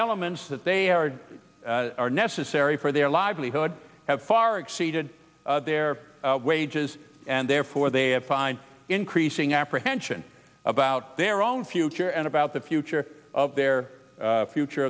elements that they are are necessary for their livelihood have far exceeded their wages and therefore they have increasing apprehension about their own future and about the future of their future